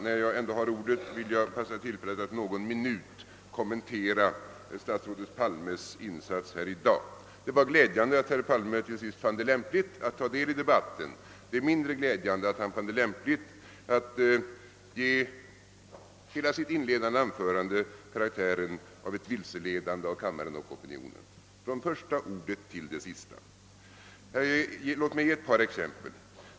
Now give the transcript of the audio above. När jag ändå har ordet vill jag passa på tillfället att någon minut kommentera statsrådet Palmes insats i dag. Det var glädjande att herr Palme till sist fann det lämpligt att ta del i debatten, men det var mindre glädjande att han fann det lämpligt att ge hela sitt inledande anförande — från första ordet till det sista — karaktären av ett vilseledande av kammaren och opinionen. Låt mig ge ett par exempel.